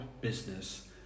business